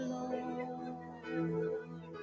Lord